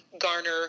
garner